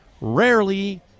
rarely